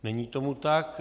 Není tomu tak.